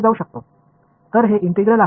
இதுதான் நான் கணக்கிட விரும்பும் இன்டகரல்